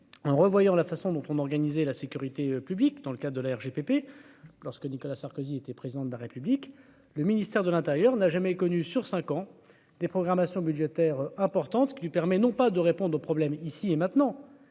en revoyant la façon dont on organisé la sécurité publique, dans le cas de la RGPP lorsque Nicolas Sarkozy était président de la République, le ministère de l'Intérieur n'a jamais connu sur 5 ans des programmations budgétaires importantes qui lui permet, non pas de répondre au problème, ici et maintenant